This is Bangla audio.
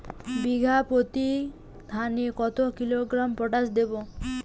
বিঘাপ্রতি ধানে কত কিলোগ্রাম পটাশ দেবো?